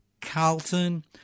Carlton